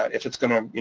if it's gonna.